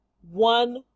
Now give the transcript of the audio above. one